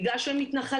בגלל שהם מתנחלים,